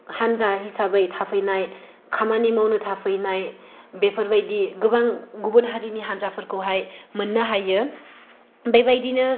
हानजा हिसाबै थाफैनाय खामानि मावनो थाफैनाय बेफोरबायदि गोबां गुबुन हारिनि हानजाफोरखौहाय मोननो हायो बेबायदिनो